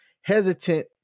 hesitant